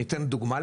אני אתן דוגמא,